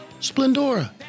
Splendora